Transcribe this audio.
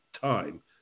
time